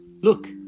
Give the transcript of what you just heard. look